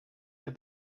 der